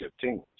teams